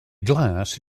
glass